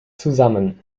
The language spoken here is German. zusammen